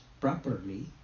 properly